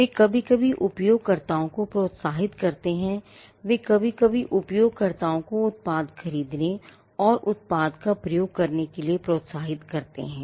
वे कभी कभी उपयोगकर्ताओं को प्रोत्साहित करते हैं वे कभी कभी उपयोगकर्ताओं को उत्पाद खरीदने और उत्पाद का उपयोग करने के लिए प्रोत्साहित करते हैं